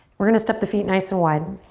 we're gonna step the feet nice and wide.